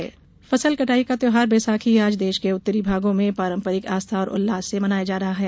बैशाखी फसल कटाई का त्यौहार बैसाखी आज देश के उत्तरी भागों में पारंपरिक आस्था और उल्लास से मनाया जा रहा है